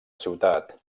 ciutat